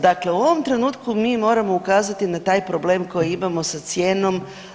Dakle, u ovom trenutku mi moramo ukazati na taj problem koji imamo sa cijenom.